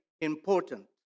important